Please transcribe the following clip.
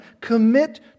Commit